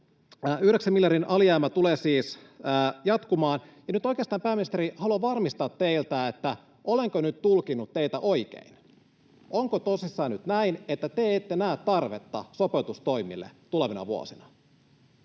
miljardin alijäämä tulee siis jatkumaan, ja nyt oikeastaan, pääministeri, haluan varmistaa teiltä, olenko nyt tulkinnut teitä oikein. Onko tosissaan nyt näin, että te ette näe tarvetta sopeutustoimille tulevina vuosina?